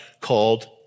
called